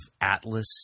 Atlas